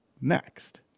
next